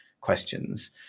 questions